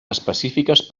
específiques